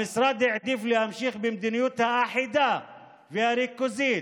המשרד העדיף להמשיך במדיניות האחידה והריכוזית,